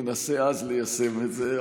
ננסה אז ליישם את זה.